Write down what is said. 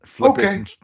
Okay